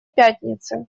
пятницы